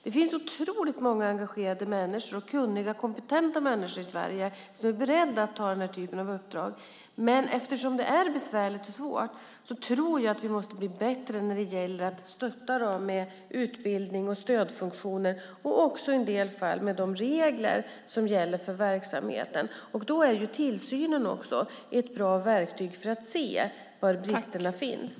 Det finns oerhört många engagerade, kunniga, kompetenta människor i Sverige som är beredda att ta den typen av uppdrag, men eftersom det är besvärligt och svårt tror jag att vi måste bli bättre på att stötta dem med utbildning och stödfunktioner och i en del fall också med de regler som gäller för verksamheten. Då är tillsynen ett bra verktyg för att se var bristerna finns.